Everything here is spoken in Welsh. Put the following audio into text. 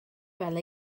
fel